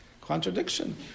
contradiction